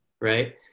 right